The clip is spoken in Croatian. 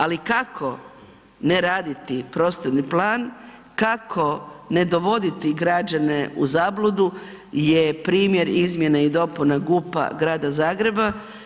Ali kako, ne raditi prostorni plan, kako ne voditi građane u zabludu je primjer izmjene i dopuna GUP-a grada Zagreba.